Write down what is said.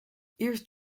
eerst